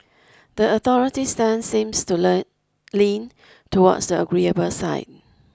the authorities' stance seems to learn lean towards the agreeable side